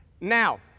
Now